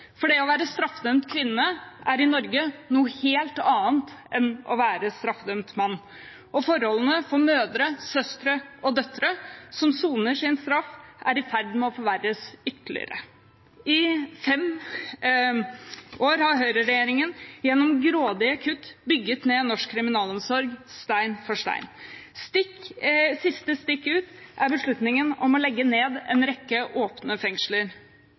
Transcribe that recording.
for det å være straffedømt kvinne er i Norge noe helt annet enn å være straffedømt mann. Forholdene for mødre, søstre og døtre som soner sin straff, er i ferd med å bli forverret ytterligere. I fem år har høyreregjeringen gjennom grådige kutt bygd ned norsk kriminalomsorg stein for stein. Siste stikk ut er beslutningen om å legge ned en rekke åpne fengsler.